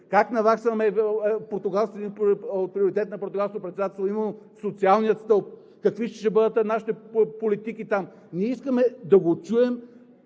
как наваксваме от приоритета на Португалското председателство, а именно социалния стълб, какви ще бъдат нашите политики там? Ние искаме да ги чуем,